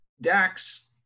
Dax